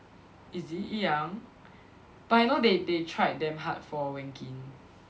is it Yi Yang but I know they they tried damn hard for Wen Kin